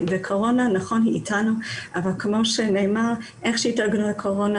הקורונה אתנו אבל כמו שנאמר איך שמטפלים בקורונה,